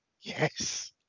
Yes